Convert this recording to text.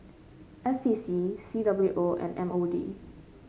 S P C C W O and M O D